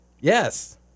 Yes